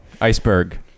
iceberg